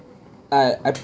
I I